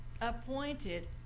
appointed